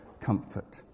comfort